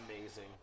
Amazing